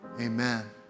Amen